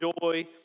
joy